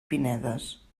pinedes